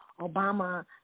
Obama